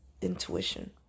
intuition